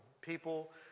People